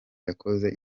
yakoze